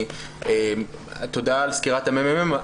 תודה על סקירת הממ"מ.